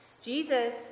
Jesus